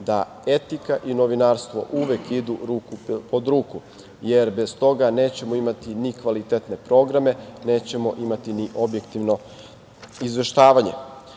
da etika i novinarstvo uvek idu ruku pod ruku, jer bez toga nećemo imati ni kvalitetne programe, nećemo imati ni objektivno izveštavanje. Kada